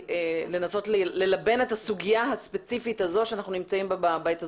לנסות ללבן את הסוגייה הספציפית הזו שאנחנו נמצאים בה בעת הזו.